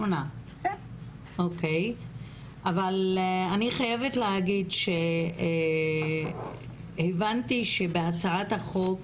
אני חייבת להגיד, הבנתי שבהצעת החוק,